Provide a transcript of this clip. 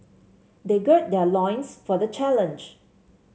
they gird their loins for the challenge